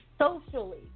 socially